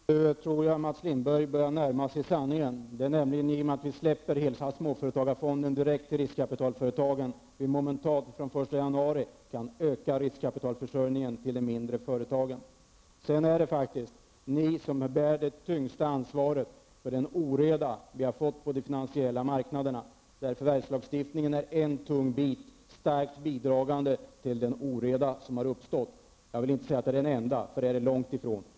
Herr talman! Jag tror att Mats Lindberg nu börjar närma sig sanningen. I och med att vi öppnar Småföretagarfonden helt för riskkapitalföretagen kan vi den 1 januari direkt öka riskkapitalförsörjningen för de mindre företagen. Det är vidare ni som bär det tyngsta ansvaret för den oreda som vi har fått på de finansiella marknaderna, där förvärvslagstiftningen är en starkt bidragande orsak till den oreda som har uppstått. Jag vill inte säga att det är det enda. Det är långtifrån så.